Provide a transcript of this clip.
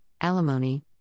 alimony